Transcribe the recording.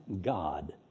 God